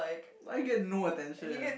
I get no attention